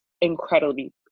incredibly